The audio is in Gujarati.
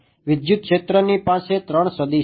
વિદ્યુત ક્ષેત્રની પાસે પણ ૩ સદીશ છે